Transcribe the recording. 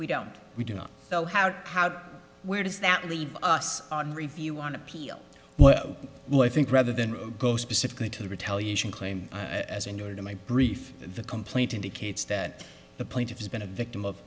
we don't we do not know how how where does that leave us on review on appeal well i think rather than go specifically to the retaliation claim as in order to my brief the complaint indicates that the plaintiff has been a victim of